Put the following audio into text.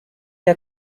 der